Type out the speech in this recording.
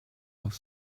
auf